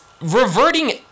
reverting